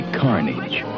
carnage